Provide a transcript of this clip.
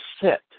set